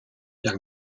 jak